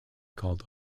called